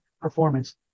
performance